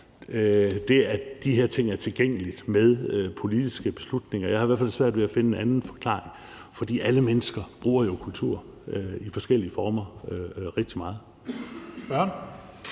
det, at de her ting er tilgængelige, med politiske beslutninger. Jeg har i hvert fald svært ved at finde en anden forklaring. For alle mennesker bruger jo kultur i forskellige former rigtig meget.